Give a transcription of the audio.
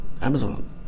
Amazon